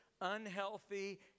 unhealthy